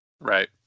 Right